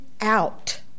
out